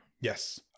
Yes